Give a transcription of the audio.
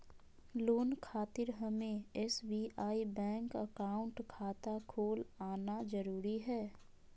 Loan खातिर हमें SBI bank account खाता खोल आना जरूरी है?